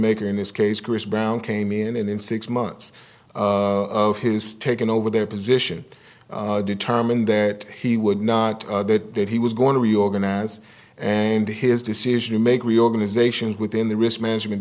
maker in this case chris brown came in and in six months of his taking over their position determined that he would not that he was going to reorganize and his decision to make reorganization within the risk management